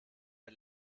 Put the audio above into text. der